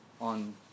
on